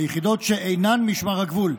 ביחידות שאינן משמר הגבול,